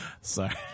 sorry